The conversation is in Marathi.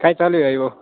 काय चालू आहे हो